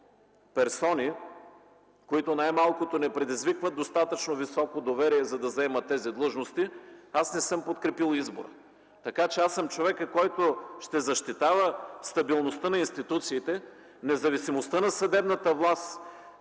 аз не съм подкрепил избора. Така че аз съм човекът, който ще защитава стабилността на институциите, независимостта на съдебната власт